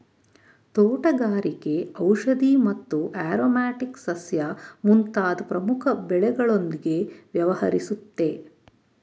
ತೋಟಗಾರಿಕೆ ಔಷಧಿ ಮತ್ತು ಆರೊಮ್ಯಾಟಿಕ್ ಸಸ್ಯ ಮುಂತಾದ್ ಪ್ರಮುಖ ಬೆಳೆಗಳೊಂದ್ಗೆ ವ್ಯವಹರಿಸುತ್ತೆ